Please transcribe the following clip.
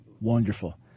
Wonderful